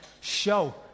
show